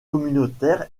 communautaire